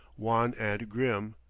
wan and grim,